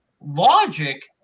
logic